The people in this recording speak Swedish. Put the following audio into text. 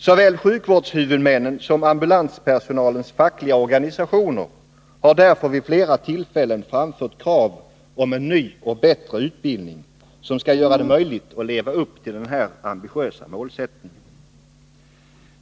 Såväl sjukvårdshuvudmännen som ambulanspersonalens fackliga organisationer har därför vid flera tillfällen framfört krav om en ny och bättre utbildning, som skall göra det möjligt att leva upp till denna ambitiösa målsättning.